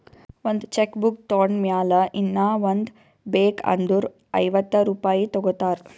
ಒಂದ್ cheque book ತೊಂಡ್ ಮ್ಯಾಲ ಇನ್ನಾ ಒಂದ್ ಬೇಕ್ ಅಂದುರ್ ಐವತ್ತ ರುಪಾಯಿ ತಗೋತಾರ್